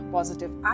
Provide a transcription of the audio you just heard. Positive